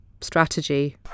strategy